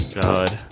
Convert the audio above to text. god